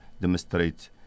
demonstrate